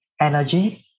energy